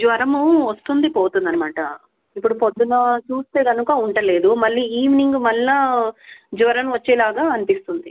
జ్వరము వస్తుంది పోతుందనమాట ఇప్పుడు పొద్దున్న చూస్తే గనుక ఉండుటలేదు మళ్ళా ఈవెనింగ్ మళ్ళా జ్వరం వచ్చేలాగా అనిపిస్తుంది